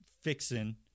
fixing